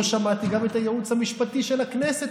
לא שמעתי גם את הייעוץ המשפטי של הכנסת